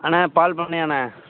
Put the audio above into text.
அண்ணா பால் பண்ணையாண்ண